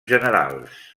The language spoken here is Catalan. generals